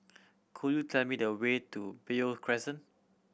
could you tell me the way to Beo Crescent